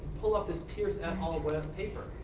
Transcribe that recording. pull up this pierce et al web paper.